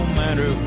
matter